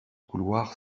couloir